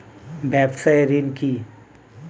ব্যবসায় ঋণ কি?